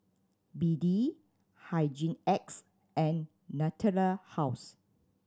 B D Hygin X and Natura House